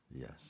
Yes